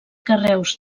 carreus